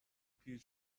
پیر